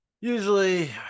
usually